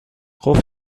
قفل